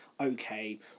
Okay